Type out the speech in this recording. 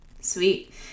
Sweet